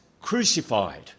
crucified